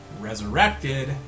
resurrected